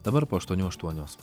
dabar po aštuonių aštuonios